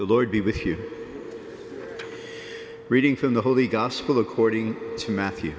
the lord be with you reading from the holy gospel according to matthew